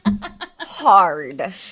hard